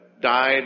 died